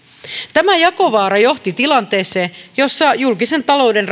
tämä jakovaara johti tilanteeseen jossa julkisen talouden